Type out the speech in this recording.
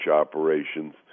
operations